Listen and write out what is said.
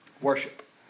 Worship